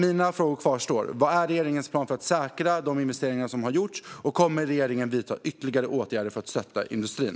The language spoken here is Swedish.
Mina frågor kvarstår: Vad är regeringens plan för att säkra de investeringar som har gjorts, och kommer regeringen att vidta ytterligare åtgärder för att stötta industrin?